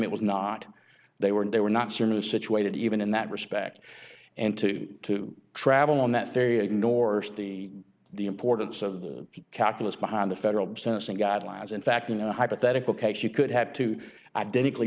it was not they were and they were not similar situated even in that respect and two to travel on that ferry ignores the the importance of the calculus behind the federal sentencing guidelines in fact in a hypothetical case you could have two identical